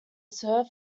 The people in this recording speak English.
sir